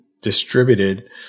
distributed